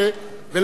ואחריו,